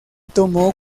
tomó